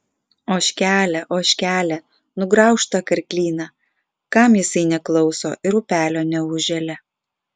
ožkele ožkele nugraužk tą karklyną kam jisai neklauso ir upelio neužželia